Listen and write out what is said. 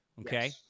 Okay